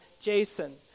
Jason